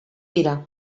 dira